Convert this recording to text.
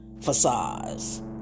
facades